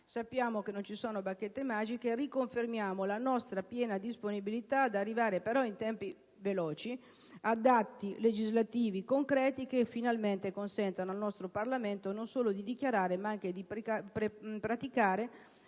Sappiamo che non ci sono bacchette magiche. Riconfermiamo pertanto la nostra piena disponibilità per arrivare, però in tempi veloci, ad atti legislativi concreti, che finalmente consentano al nostro Parlamento non solo di dichiarare, ma anche di varare